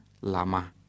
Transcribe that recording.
lama